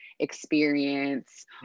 experience